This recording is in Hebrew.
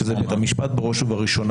שזה בית המשפט בראש ובראשונה,